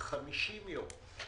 חמישים יום,